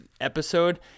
episode